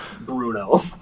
Bruno